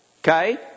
okay